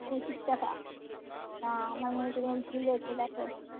পঁচিশ টাকা না আমার মনে হয় তোমার ভুল হচ্ছে দেখ